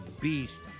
beast